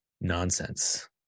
nonsense